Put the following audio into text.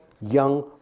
young